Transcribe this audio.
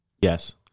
Yes